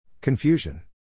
Confusion